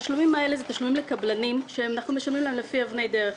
התשלומים האלה הם תשלומים לקבלנים שאנחנו משלמים לפי אבני דרך,